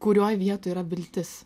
kurioj vietoj yra viltis